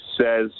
says